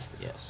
yes